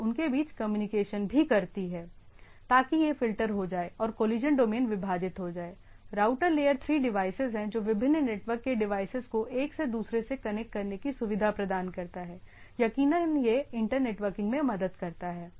और उनके बीच कम्युनिकेशन भी करती है ताकि यह फ़िल्टर हो जाए और कोलिशन डोमेन विभाजित हो जाए राउटर लेयर 3 डिवाइसेज है जो विभिन्न नेटवर्क के डिवाइस को एक दूसरे से कनेक्ट करने की सुविधा प्रदान करता है यकीनन यह इंटर नेटवर्किंग में मदद करता है